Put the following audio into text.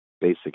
basic